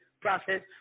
process